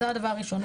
זה הדבר הראשון.